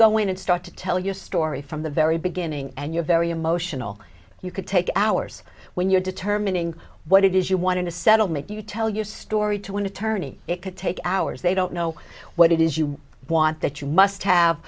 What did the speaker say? go in and start to tell your story from the very beginning and you're very emotional you could take hours when you're determining what it is you want in a settlement you tell your story to an attorney it could take hours they don't know what it is you want that you must have